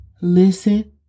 Listen